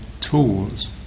tools